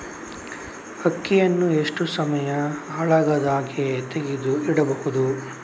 ಅಕ್ಕಿಯನ್ನು ಎಷ್ಟು ಸಮಯ ಹಾಳಾಗದಹಾಗೆ ತೆಗೆದು ಇಡಬಹುದು?